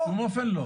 בשום אופן לא.